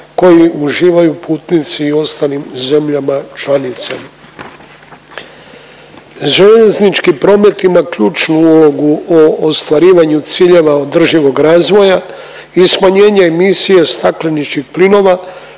koji uživaju putnici u ostalim zemljama članicama. Željeznički promet ima ključnu ulogu u ostvarivanju ciljeva održivog razvoja i smanjenje emisije stakleničkih plinova